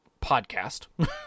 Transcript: podcast